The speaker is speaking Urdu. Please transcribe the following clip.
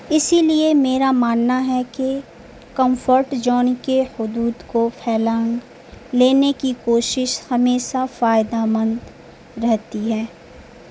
اسی لیے میرا ماننا ہے کہ کمفرٹ جون کے حدود کو پھلانگ لینے کی کوشش ہمیشہ فائدہ مند رہتی ہے